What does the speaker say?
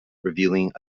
revealing